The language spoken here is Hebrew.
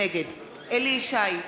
נגד אליהו ישי,